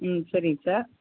ம் சரிங்க சார்